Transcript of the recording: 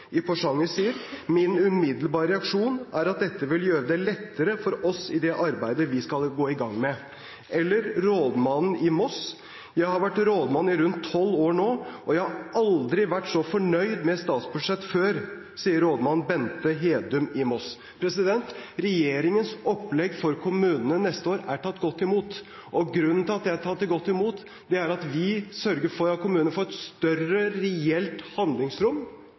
i Porsanger sier: «Min umiddelbare reaksjon er at dette vil gjøre det lettere for oss i det arbeidet vi skal i gang med.» Eller som rådmannen i Moss, Bente Hedum, sier: «Jeg har vært rådmann i rundt 12 år nå, og jeg har aldri vært så fornøyd med et statsbudsjett før.» Regjeringens opplegg for kommunene neste år er tatt godt imot. Grunnen til at det er tatt godt imot, er at vi sørger for at kommunene får et større reelt handlingsrom